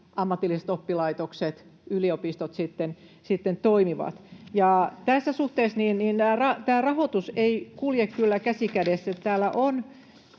ammatilliset oppilaitokset, yliopistot sitten toimivat. Tässä suhteessa tämä rahoitus ei kulje kyllä käsi kädessä.